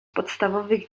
podstawowych